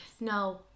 No